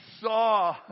saw